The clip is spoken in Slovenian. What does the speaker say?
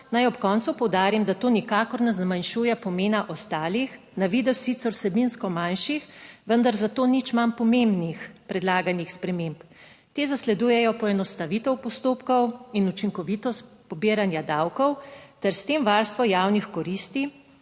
naj ob koncu poudarim, da to nikakor ne zmanjšuje pomena ostalih, na videz sicer vsebinsko manjših, vendar zato nič manj pomembnih predlaganih sprememb. Te zasledujejo poenostavitev postopkov in učinkovitost pobiranja davkov ter **27. TRAK: (VP) 14.10**